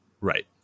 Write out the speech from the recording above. right